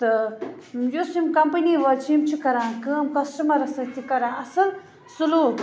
تہٕ یُس یِم کمپٔنی وٲلۍ چھِ یِم چھِ کَران کٲم کَسٹٕمَرَس سۭتۍ تہِ کَران اَصٕل سلوٗک